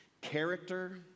character